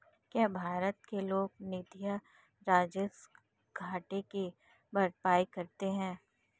क्या भारत के लोक निधियां राजस्व घाटे की भरपाई करती हैं?